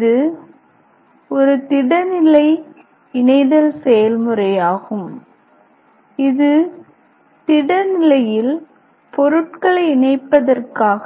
இது ஒரு திட நிலை இணைதல் செயல்முறையாகும் இது திட நிலையில் பொருட்களை இணைப்பதற்காக